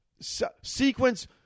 sequence